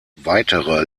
weitere